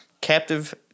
captive